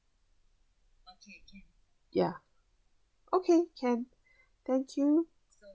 ya okay can thank you